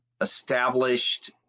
established